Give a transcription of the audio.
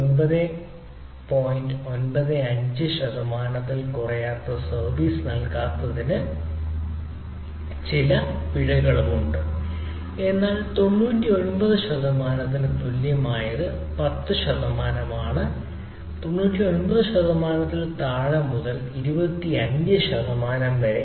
95 ശതമാനത്തിൽ കുറയാത്ത സർവീസ് നൽകാത്തതിന് ചില പിഴകളുണ്ട് എന്നാൽ 99 ശതമാനത്തിന് തുല്യമായത് 10 ശതമാനമാണ് 99 ശതമാനത്തിൽ താഴെ മുതൽ 25 ശതമാനം വരെ